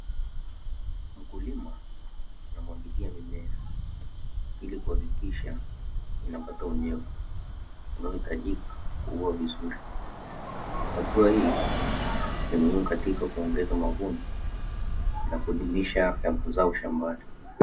Mkulima anamwagilia mimea ili kuhakikisha inapata unyevu unaohitajika kukua vizuri. Hatua hii ni muhimu katika kuongeza mavuno na kudumisha mazao shambani.